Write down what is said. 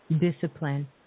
Discipline